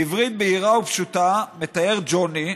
בעברית בהירה ופשוטה מתאר ג'וני,